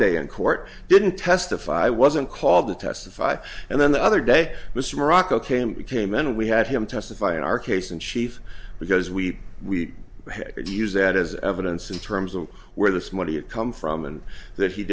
day in court didn't testify i wasn't called to testify and then the other day mr morocco came we came in we had him testify in our case in chief because we we could use that as evidence in terms of where this money it come from and that he